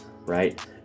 right